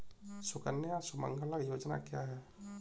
सुकन्या सुमंगला योजना क्या है?